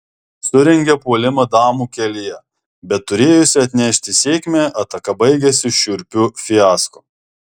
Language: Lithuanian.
surengia puolimą damų kelyje bet turėjusi atnešti sėkmę ataka baigiasi šiurpiu fiasko